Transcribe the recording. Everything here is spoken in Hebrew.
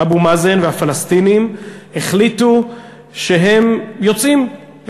שאבו מאזן והפלסטינים החליטו שהם יוצאים,